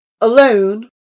Alone